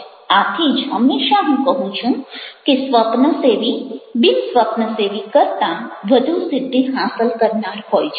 આથી જ હંમેશા હું કહું છું કે છે સ્વપ્નસેવી બિન સ્વપ્નસેવી કરતાં વધુ સિદ્ધિ હાંસલ કરનાર હોય છે